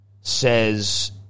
says –